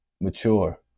mature